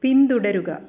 പിന്തുടരുക